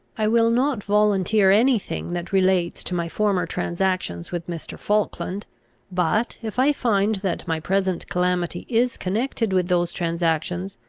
i will not volunteer any thing that relates to my former transactions with mr. falkland but, if i find that my present calamity is connected with those transactions,